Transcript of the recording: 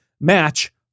match